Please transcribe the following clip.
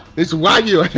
it's wagyu.